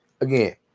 Again